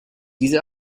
diese